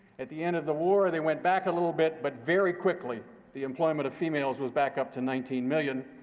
at the end of the war, they went back a little bit, but very quickly the employment of females was back up to nineteen million.